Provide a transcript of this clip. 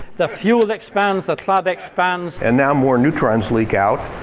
the fuel expands the clad expands. and now more neutrons leak out,